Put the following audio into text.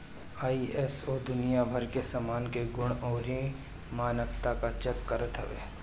ISO दुनिया भर के सामान के गुण अउरी मानकता के चेक करत हवे